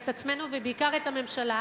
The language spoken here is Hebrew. את עצמנו ואת הממשלה,